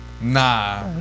Nah